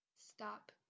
Stop